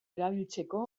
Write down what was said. erabiltzeko